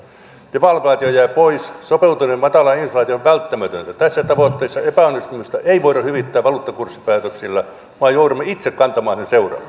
devalvaatio jää pois sopeutuminen matalaan inflaatioon on välttämätöntä tässä tavoitteessa epäonnistumista ei voida hyvittää valuuttakurssipäätöksillä vaan joudumme itse kantamaan